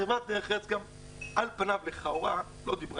חברת דרך ארץ גם על פניו לכאורה לא דיברה